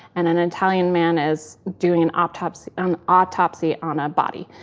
and an italian man is doing an autopsy um autopsy on a body.